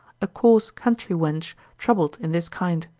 a coarse country wench troubled in this kind,